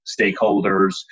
stakeholders